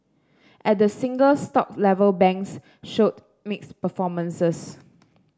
at the single stock level banks showed mixed performances